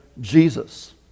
Jesus